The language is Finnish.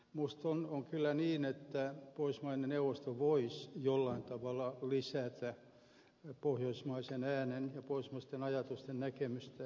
minusta on kyllä niin että pohjoismaiden neuvosto voisi jollain tavalla lisätä pohjoismaisen äänen ja pohjoismaisten ajatusten näkemystä europarlamentissa